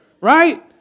right